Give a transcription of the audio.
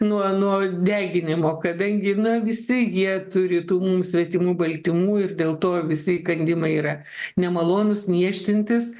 nuo nuo deginimo kadangi na visi jie turi tų mum svetimų baltymų ir dėl to visi įkandimai yra nemalonūs niežtintys